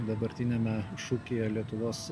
dabartiniame šūkyje lietuvos